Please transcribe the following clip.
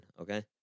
Okay